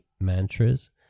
mantras